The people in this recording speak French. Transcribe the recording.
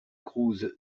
cruz